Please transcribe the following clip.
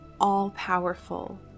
all-powerful